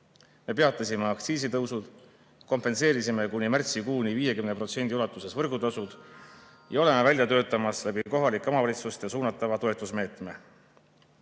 Me peatasime aktsiisitõusud, kompenseerime kuni märtsikuuni 50% ulatuses võrgutasud ja oleme välja töötamas kohalike omavalitsuste kaudu suunatavat